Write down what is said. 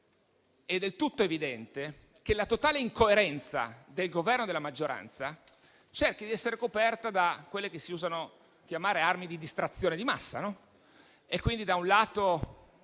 sia del tutto evidente che la totale incoerenza del Governo e della maggioranza cerchi di essere coperta da quelle che si usano chiamare armi di distrazione di massa: